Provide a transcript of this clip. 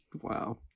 Wow